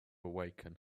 awaken